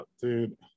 dude